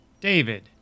David